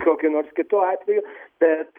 kokiu nors kitu atveju bet